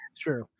True